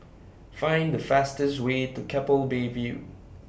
Find The fastest Way to Keppel Bay View